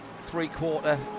three-quarter